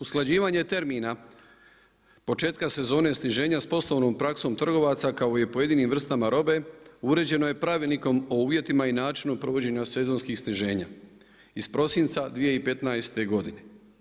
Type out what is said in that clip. Usklađivanje termina početka sezone sniženja s poslovnom praskom trgovaca kao i pojedinim vrstama robe uređeno je Pravilnikom o uvjetima i načinu provođenja sezonskih sniženja iz prosinca 2015. godine.